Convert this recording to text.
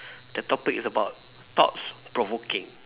the topic is about thoughts provoking